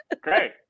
Great